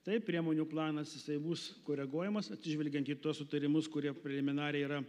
taip priemonių planas jisai bus koreguojamas atsižvelgiant į tuos sutarimus kurie preliminariai yra